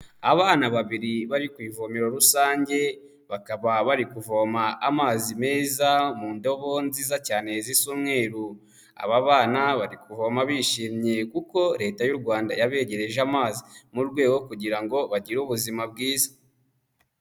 Abana babiri bari ku ivomero rusange bakaba bari kuvoma amazi meza mu ndobo nziza cyane zisa umweru ,aba bana bari kuvoma bishimye kuko Leta y'u Rwanda yabegereje amazi mu rwego rwo kugira ngo bagire ubuzima bwiza.